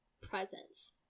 presence